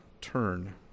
turn